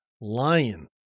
lion